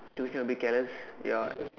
to hear a bit careless ya